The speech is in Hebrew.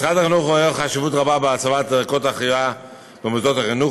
משרד החינוך רואה חשיבות רבה בהצבת ערכות החייאה במוסדות החינוך,